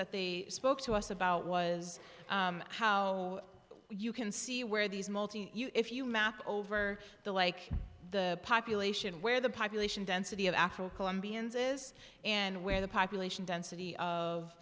that the spoke to us about was how you can see where these multi if you map over the like the population where the population density of actual colombians is in where the population density